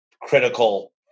critical